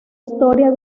historia